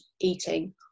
eating